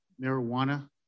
marijuana